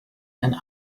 and